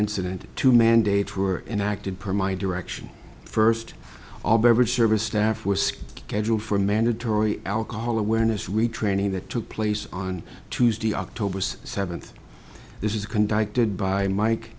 incident two mandates were enacted per my direction first all beverage service staff was scheduled for mandatory alcohol awareness week training that took place on tuesday october seventh this is conducted by mike